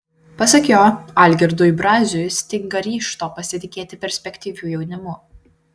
pasak jo algirdui braziui stinga ryžto pasitikėti perspektyviu jaunimu